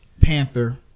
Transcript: Panther